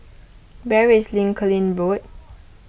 where is Lincolning Road